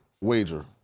wager